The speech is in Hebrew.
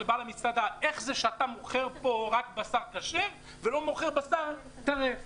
א בטענות לבעל המסעדה למה הוא מוכר בה רק בשר כשר ולא מוכר בשר טרף.